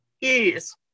yes